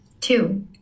Two